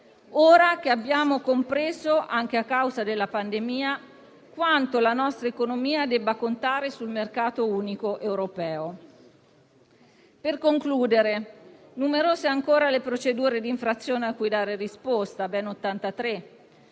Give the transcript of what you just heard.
ora che abbiamo compreso, anche a causa della pandemia, quanto la nostra economia debba contare sul mercato unico europeo. Per concludere, numerose sono ancora le procedure di infrazione a cui dare risposta, ben 83,